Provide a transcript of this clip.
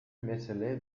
mesele